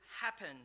happen